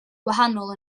gwahanol